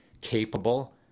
capable